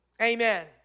Amen